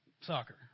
soccer